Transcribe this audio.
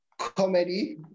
comedy